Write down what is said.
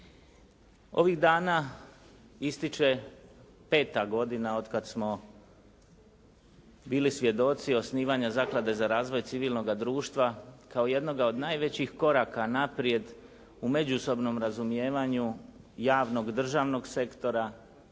Ovih dana ističe peta godina od kada smo bili svjedoci osnivanja Zaklade za razvoj civilnog društva kao jednoga od najvećih koraka naprijed u međusobnom razumijevanju javnog državnog sektora